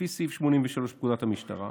לפי סעיף 83 לפקודת המשטרה